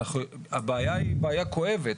הבעיה היא בעיה כואבת.